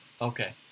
Okay